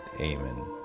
Amen